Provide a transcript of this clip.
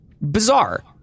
bizarre